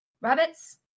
rabbits